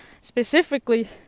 Specifically